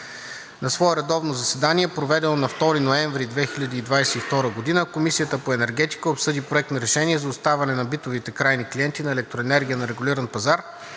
На свое редовно заседание, проведено на 2 ноември 2022 г., Комисията по енергетика обсъди Проект на решение за оставане на битовите крайни клиенти на електроенергия на регулиран пазар,